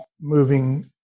moving